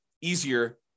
easier